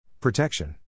Protection